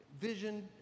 vision